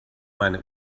meine